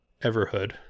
everhood